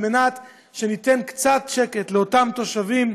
על מנת שניתן קצת שקט לאותם תושבים,